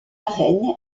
reine